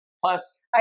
Plus